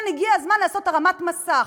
כן, הגיע הזמן לעשות הרמת מסך.